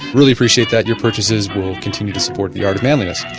really appreciate that your purchases will continue to support the art of manliness.